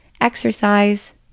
exercise